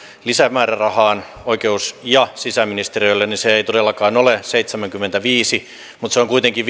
lisämäärärahaan oikeus ja sisäministeriölle niin se ei todellakaan ole seitsemänkymmentäviisi mutta se on kuitenkin